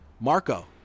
Marco